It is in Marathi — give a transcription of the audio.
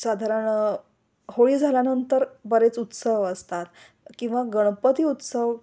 साधारण होळी झाल्यानंतर बरेच उत्सव असतात किंवा गणपती उत्सव